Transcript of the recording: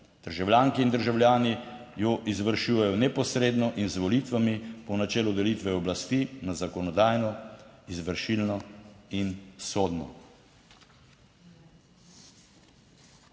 Državljanke in državljani jo izvršujejo neposredno in z volitvami po načelu delitve oblasti na zakonodajno, izvršilno in sodno."